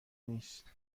نیست